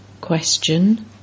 Question